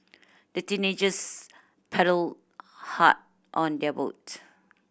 the teenagers paddled hard on their boat